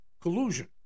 collusion